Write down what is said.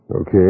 Okay